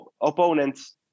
opponents